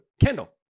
Kendall